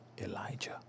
Elijah